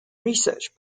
research